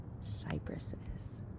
cypresses